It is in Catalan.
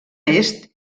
est